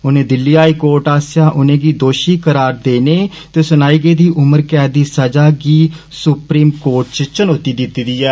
उनें Delhi high court आस्सेआ उनेंगी दोषी करार देने ते सुनाई गेदी दी उम्र कैद दी सजा गी सुप्रीम कोर्ट च चनौती दिती दी ऐ